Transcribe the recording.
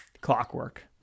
clockwork